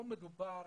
פה מדובר